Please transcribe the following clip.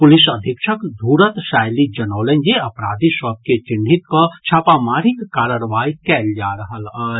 police अधीक्षक धूरत सायली जनौलनि जे अपराधी सभ के चिन्हित कऽ छापामारीक कार्रवाई कयल जा रहल अछि